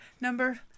number